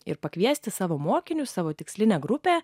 ir pakviesti savo mokinius savo tikslinę grupę